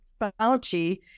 Fauci